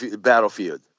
battlefield